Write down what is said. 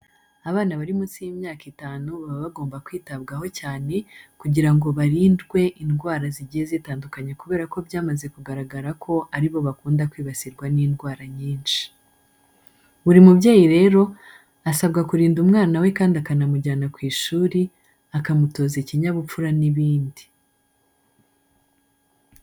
Abana bari munsi y'imyaka itanu baba bagomba kwitabwaho cyane kugira ngo barindwe indwara zigiye zitandukanye kubera ko byamaze kugaragara ko ari bo bakunda kwibasirwa n'indwara nyinshi. Buri mubyeyi rero, asabwa kurinda umwana we kandi akanamujyana ku ishuri, akamutoza ikinyabupfura n'ibindi.